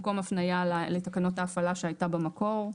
במקום הפניה לתקנות ההפעלה שהייתה במקור.